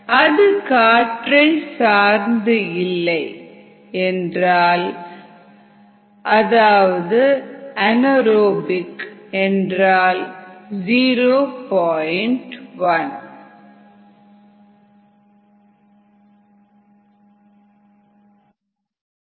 அது காற்றை சார்ந்து இல்லை என்றால் அதாவது அனேறோபிக் என்றால் 0